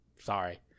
Sorry